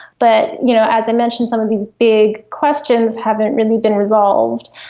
but you know as i mentioned, some of these big questions haven't really been resolved.